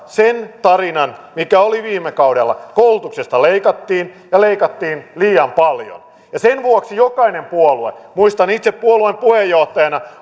sen tarinan mikä oli viime kaudella koulutuksesta leikattiin ja leikattiin liian paljon sen vuoksi jokainen puolue muistan itse puolueen puheenjohtajana